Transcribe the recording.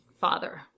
father